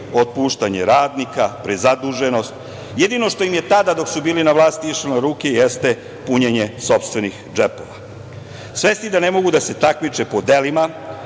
otpuštanje radnika, prezaduženost. Jedino što im je tada, dok su bili na vlasti, išlo na ruke jeste punjenje sopstvenih džepova. Svesni da ne mogu da se takmiče po delima